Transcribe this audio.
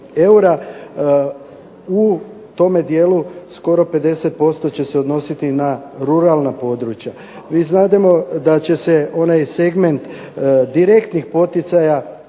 eura. U tome dijelu skoro 50% će se odnositi na ruralna područja. Mi znademo da će se onaj segment direktnih poticaja